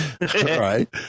right